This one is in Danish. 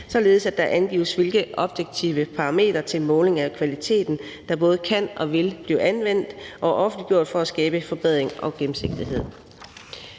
således at der angives, hvilke objektive parametre til måling af kvaliteten der både kan og vil blive anvendt og offentliggjort for at skabe forbedring og gennemsigtighed.